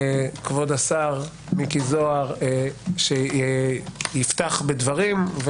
כבוד השר מיקי זוהר שיפתח בדברים.